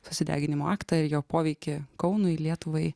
susideginimo aktą ir jo poveikį kaunui lietuvai